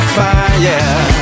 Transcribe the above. fire